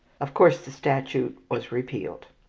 of course the statute was repealed.